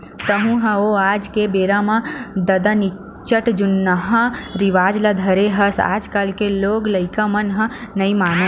तँहू ह ओ आज के बेरा म ददा निच्चट जुन्नाहा रिवाज ल धरे हस आजकल के लोग लइका मन ह नइ मानय